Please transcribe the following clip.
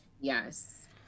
Yes